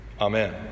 Amen